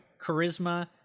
charisma